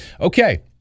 Okay